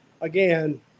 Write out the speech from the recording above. Again